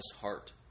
heart